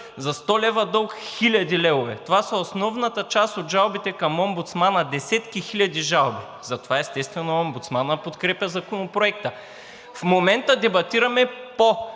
за 100 лв. дълг хиляди левове. Това са основната част от жалбите към омбудсмана – десетки хиляди жалби. Затова, естествено, омбудсманът подкрепя Законопроекта. В момента дебатираме по